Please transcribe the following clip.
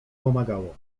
pomagało